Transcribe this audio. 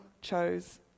chose